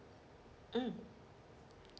mm